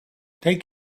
take